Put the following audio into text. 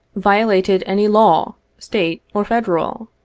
violated any law, state or federal.